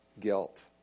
guilt